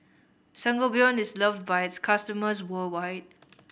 Sangobion is loved by its customers worldwide